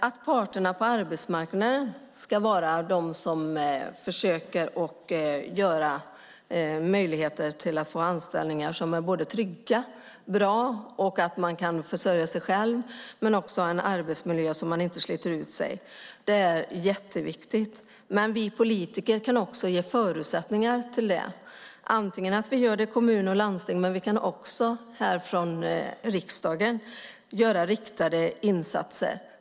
Att parterna på arbetsmarknaden ska försöka skapa möjligheter till anställningar som är både trygga och bra och att man kan försörja sig själv och ha en arbetsmiljö där man inte sliter ut sig är jätteviktigt, men vi politiker kan också ge förutsättningar för det. Det kan vi göra antingen i kommuner och landsting eller genom att vi här i riksdagen genomför riktade insatser.